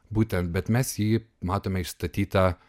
būtent bet mes jį matome išstatytą